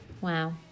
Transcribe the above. wow